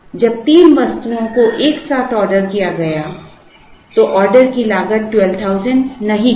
जब तीन वस्तुओं को साथ आर्डर किया गया था तो ऑर्डर की लागत 12000 नहीं थी